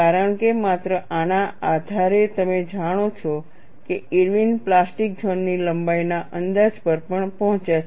કારણ કે માત્ર આના આધારે તમે જાણો છો કે ઇરવિન પ્લાસ્ટિક ઝોન ની લંબાઈના અંદાજ પર પણ પહોંચ્યા છે